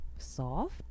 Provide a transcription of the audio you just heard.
soft